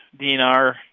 DNR